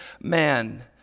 man